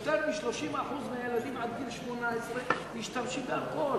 יותר מ-30% מהילדים עד גיל 18 משתמשים באלכוהול.